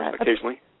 occasionally